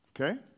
Okay